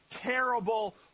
terrible